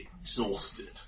exhausted